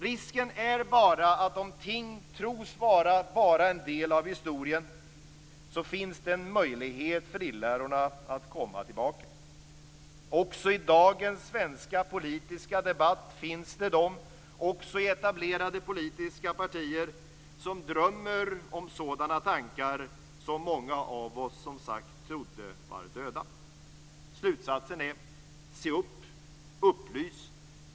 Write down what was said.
Risken är bara att om ting tros vara bara en del av historien så finns det en möjlighet för irrlärorna att komma tillbaka. Också i dagens svenska politiska debatt finns det de också i etablerade politiska partier som drömmer om sådana tankar som många av oss, som sagt, trodde var döda. Slutsats: Se upp. Upplys.